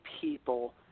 people